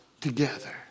together